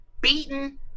beaten